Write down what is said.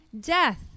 death